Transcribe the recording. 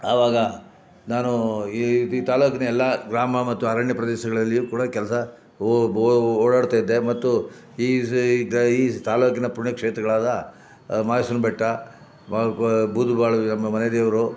ಆವಾಗ ನಾನು ಈ ಈ ತಾಲೂಕಿನ ಎಲ್ಲ ಗ್ರಾಮ ಮತ್ತು ಅರಣ್ಯ ಪ್ರದೇಶಗಳಲ್ಲಿಯೂ ಕೂಡ ಕೆಲಸ ಓಡಾಡ್ತಾಯಿದ್ದೆ ಮತ್ತು ಈ ಈ ಈ ತಾಲೂಕಿನ ಪುಣ್ಯಕ್ಷೇತ್ರಗಳಾದ ಮಾದೇಶ್ವರನ ಬೆಟ್ಟ ಬ ಬ ಬೂದ ಬಾಳಿಗಾಮ ನಮ್ಮ ಮನೆದೇವರು